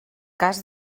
cas